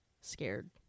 scared